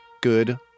good